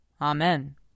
Amen